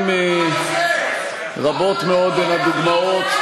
רבות מאוד הן הדוגמאות.